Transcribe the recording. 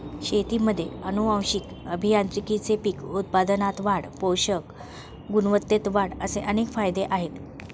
शेतीमध्ये आनुवंशिक अभियांत्रिकीचे पीक उत्पादनात वाढ, पोषक गुणवत्तेत वाढ असे अनेक फायदे आहेत